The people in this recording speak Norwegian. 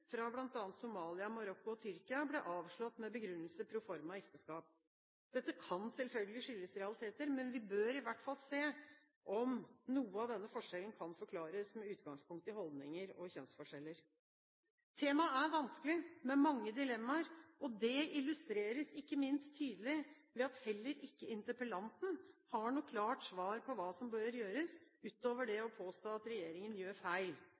fra bl.a. Somalia, Marokko og Tyrkia ble avslått med begrunnelse proformaekteskap. Dette kan selvfølgelig skyldes realiteter, men vi bør i hvert fall se på om noe av denne forskjellen kan forklares med utgangspunkt i holdninger og kjønnsforskjeller. Temaet er vanskelig med mange dilemmaer. Det illustreres ikke minst tydelig ved at heller ikke interpellanten har noe klart svar på hva som bør gjøres, utover å påstå at regjeringen gjør feil.